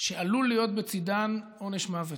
שעלול להיות בצידן עונש מוות,